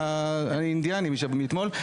האינדיאני מאתמול.